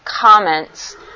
comments